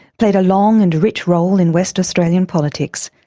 played a long and rich role in west australian politics,